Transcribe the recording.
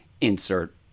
Insert